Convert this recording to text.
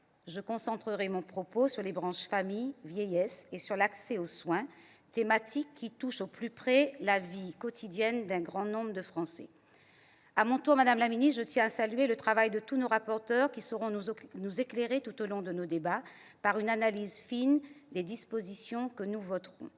Je concentrerai mon propos sur les branches famille et vieillesse, et sur l'accès aux soins, thématiques qui touchent au plus près la vie quotidienne d'un grand nombre de Français. À mon tour, je tiens à saluer le travail de tous nos rapporteurs, qui éclaireront nos débats d'une analyse fine des dispositions que nous examinerons.